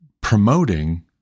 promoting